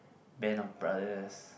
Band-of-Brothers